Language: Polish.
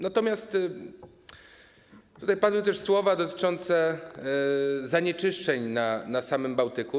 Natomiast tutaj padły też słowa dotyczące zanieczyszczeń na samym Bałtyku.